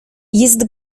jest